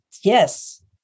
yes